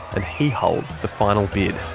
and he holds the final bid.